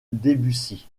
debussy